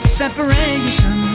separation